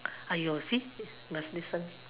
!aiyo! see must listen